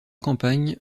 campagne